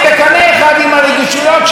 עם ההעדפות הערכיות שלנו,